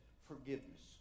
Forgiveness